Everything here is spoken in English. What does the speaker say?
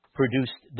produced